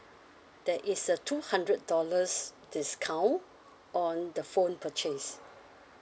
there is a two hundred dollars discount on the phone purchase